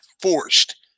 forced